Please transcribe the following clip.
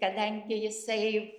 kadangi jisai